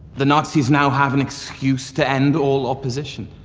the nazis now have an excuse to end all opposition.